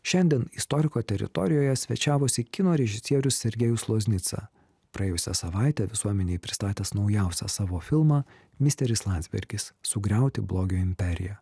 šiandien istoriko teritorijoje svečiavosi kino režisierius sergejus loznica praėjusią savaitę visuomenei pristatęs naujausią savo filmą misteris landsbergis sugriauti blogio imperiją